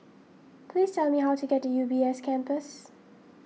please tell me how to get to U B S Campus